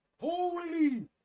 Holy